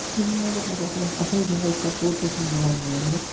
سرینَگر ہَسا چھِ اَکھ اَصٕل جاے سَپوٹسَس مَنٛز یِوان مانٛنہٕ